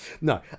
no